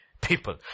people